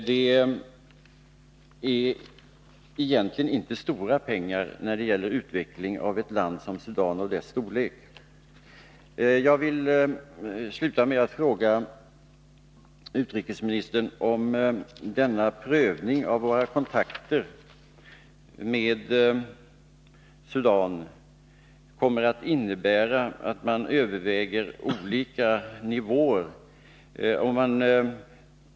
Det är egentligen inte mycket pengar när det gäller utvecklingen av ett land av Sudans karaktär och storlek. Jag vill avsluta med att fråga utrikesministern om man i denna prövning av våra kontakter med Sudan kommer att överväga olika nivåer.